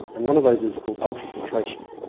and one of those is called ultrafiltration.